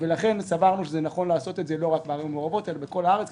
לכן סברנו שנכון לעשות את זה לא רק בערים המעורבות אלא בכל הארץ,